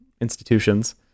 institutions